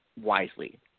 wisely